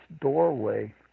doorway